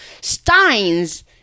Stein's